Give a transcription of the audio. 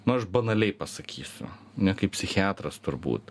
nu aš banaliai pasakysiu ne kaip psichiatras turbūt